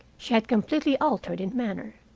she had completely altered in manner.